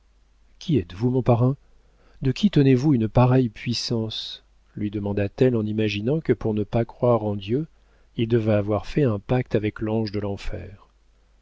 qui êtes-vous mon parrain de qui tenez-vous une pareille puissance lui demanda-t-elle en imaginant que pour ne pas croire en dieu il devait avoir fait un pacte avec l'ange de